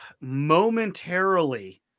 momentarily